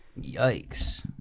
Yikes